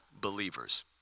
believers